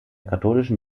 katholischen